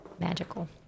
magical